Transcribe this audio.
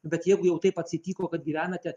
bet jeigu jau taip atsitiko kad gyvenate